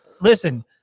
Listen